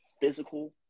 physical